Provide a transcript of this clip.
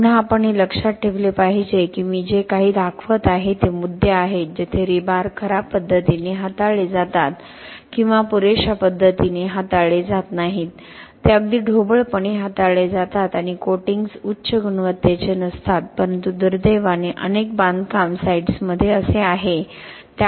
पुन्हा आपण हे लक्षात ठेवले पाहिजे की मी जे काही दाखवत आहे ते मुद्दे आहेत जेथे रीबार खराब पद्धतीने हाताळले जातात किंवा पुरेशा पद्धतीने हाताळले जात नाहीत ते अगदी ढोबळपणे हाताळले जातात आणि कोटिंग्स उच्च गुणवत्तेचे नसतात परंतु दुर्दैवाने अनेक बांधकाम साइट्समध्ये असे आहे